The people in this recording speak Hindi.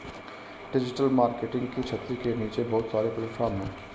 डिजिटल मार्केटिंग की छतरी के नीचे बहुत सारे प्लेटफॉर्म हैं